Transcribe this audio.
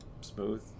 smooth